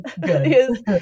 Good